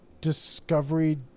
Discovery